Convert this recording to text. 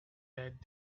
that